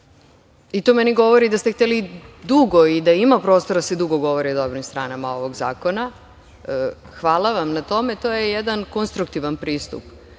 i to meni govori da ste hteli dugo i da ima prostora da se dugo govori o dobrim stranama ovog zakona. Hvala vam na tome. To je jedan konstruktivan pristup